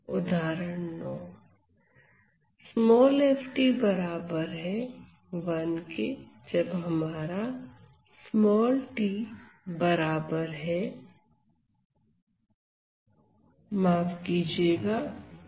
उदाहरण ज्ञात कीजिए Lf